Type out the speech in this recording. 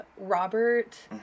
Robert